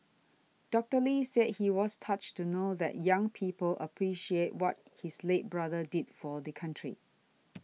Doctor Lee said he was touched to know that young people appreciate what his late brother did for the country